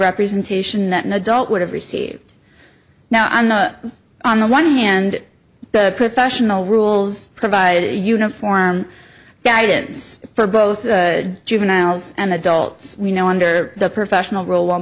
representation that an adult would have received now on the one hand the professional rules provide a uniform guidance for both juveniles and adults you know under the professional role one